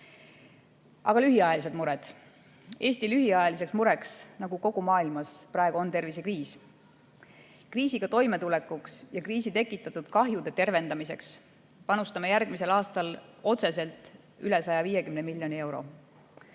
Aga lühiajalised mured. Eesti lühiajaline mure on praegu nagu kogu maailmas tervisekriis. Kriisiga toimetulekuks ja kriisi tekitatud kahjude tervendamiseks panustame järgmisel aastal otseselt üle 150 miljoni euro.